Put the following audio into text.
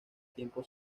tiempo